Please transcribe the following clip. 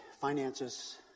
finances